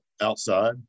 outside